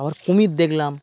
আবার কুমির দেখলাম